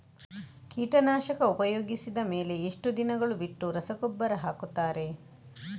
ಕೀಟನಾಶಕ ಉಪಯೋಗಿಸಿದ ಮೇಲೆ ಎಷ್ಟು ದಿನಗಳು ಬಿಟ್ಟು ರಸಗೊಬ್ಬರ ಹಾಕುತ್ತಾರೆ?